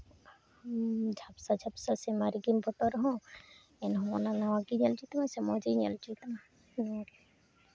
ᱡᱷᱟᱯᱥᱟ ᱡᱷᱟᱯᱥᱟ ᱥᱮ ᱢᱟᱨᱮ ᱜᱮᱢ ᱯᱷᱚᱴᱳᱜ ᱨᱮᱦᱚᱸ ᱮᱱᱦᱚᱸ ᱚᱱᱟ ᱱᱟᱣᱟ ᱜᱮ ᱧᱮᱞ ᱦᱚᱪᱚᱭ ᱛᱟᱢᱟ ᱥᱮ ᱢᱚᱡᱽ ᱜᱮᱭ ᱧᱮᱞ ᱦᱚᱪᱚᱭ ᱛᱟᱢᱟ ᱚᱱᱟ ᱜᱮ